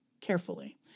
carefully